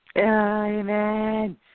Amen